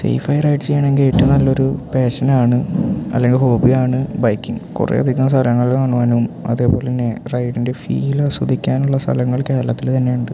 സേയ്ഫായി ride ചെയ്യണമെങ്കിൽ ഏറ്റവും നല്ല ഒരു പാഷനാണ് അല്ലെങ്കിൽ ഹോബിയാണ് ബൈക്കിങ് കുറേ അധികം സ്ഥലങ്ങൾ കാണുവാനും അതേപോലെ തന്നെ റൈഡിൻ്റെ ഫീൽ ആസ്വദിക്കാനുള്ള സ്ഥലങ്ങൾ കേരളത്തിൽ തന്നെ ഉണ്ട്